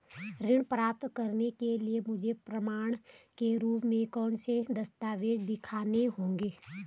ऋण प्राप्त करने के लिए मुझे प्रमाण के रूप में कौन से दस्तावेज़ दिखाने होंगे?